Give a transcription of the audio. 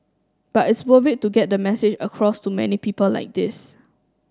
but it's worth it to get the message across to many people like this